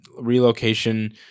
relocation